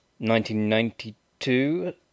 1992